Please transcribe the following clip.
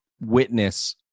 witness